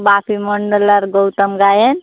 বাপি মন্ডল আর গৌতম গায়েন